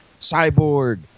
Cyborg